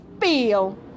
feel